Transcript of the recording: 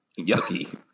Yucky